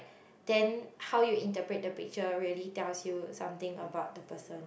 then how you interpret the picture really tells you something about the person